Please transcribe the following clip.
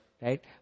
right